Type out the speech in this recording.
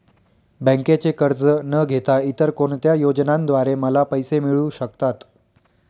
बँकेचे कर्ज न घेता इतर कोणत्या योजनांद्वारे मला पैसे मिळू शकतात?